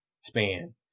span